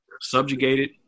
subjugated